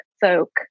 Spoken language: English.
folk